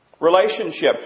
Relationship